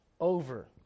over